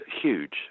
huge